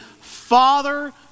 Father